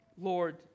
Lord